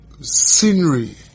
scenery